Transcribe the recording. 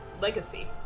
legacy